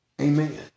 Amen